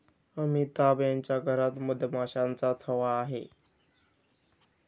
अमिताभ यांच्या घरात मधमाशांचा थवा आहे